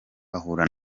bahura